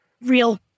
real